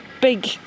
Big